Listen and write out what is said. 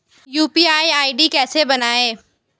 UPI ID कैसे बनाएं?